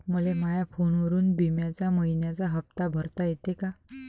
मले माया फोनवरून बिम्याचा मइन्याचा हप्ता भरता येते का?